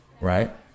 right